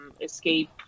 escape